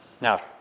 Now